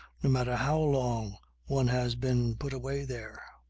no matter how long one has been put away there.